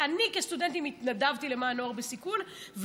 אני כסטודנטית התנדבתי למען נוער בסיכון,